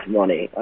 money